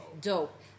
dope